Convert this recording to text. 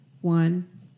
one